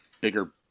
bigger